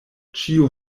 ĉio